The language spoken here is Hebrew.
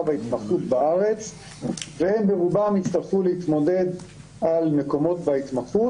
וההתמחות בארץ והם ברובם יצטרכו להתמודד על מקומות בהתמחות,